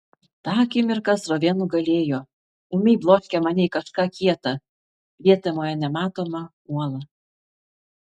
tą akimirką srovė nugalėjo ūmiai bloškė mane į kažką kieta prietemoje nematomą uolą